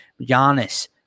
Giannis